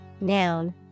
noun